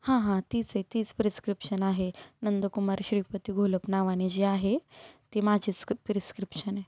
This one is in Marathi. हां हां तीच आहे तीच प्रिस्क्रिप्शन आहे नंदकुमार श्रीपती घोलप नावाने जी आहे ती माझीच प्रिस्क्रिप्शन आहे